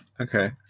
Okay